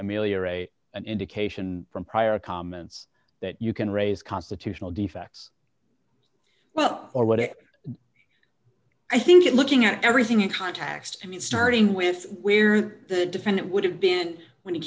ameliorate an indication from prior comments that you can raise constitutional defects well or what i think it looking at everything in context i mean starting with the defendant would have been when he